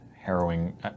harrowing